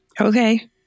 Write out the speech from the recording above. Okay